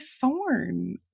thorn